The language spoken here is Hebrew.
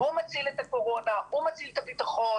הוא מציל אותנו מקורונה, הוא מציל את הביטחון